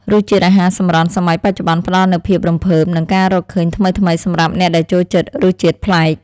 រសជាតិអាហារសម្រន់សម័យបច្ចុប្បន្នផ្តល់នូវភាពរំភើបនិងការរកឃើញថ្មីៗសម្រាប់អ្នកដែលចូលចិត្តរសជាតិប្លែក។